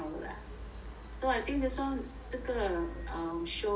so I think this one 这个 um show